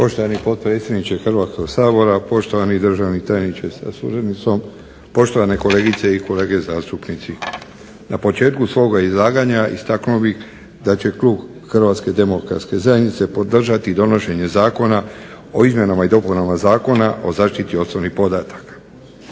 Poštovani potpredsjedniče Hrvatskog sabora, poštovani državni tajniče sa suradnicom, poštovane kolegice i kolege zastupnici. Na početku svog izlaganja istaknuo bih da će klub HDZ-a podržati donošenje Zakona o izmjenama i dopunama Zakona o zaštiti osobnih podataka.